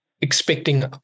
expecting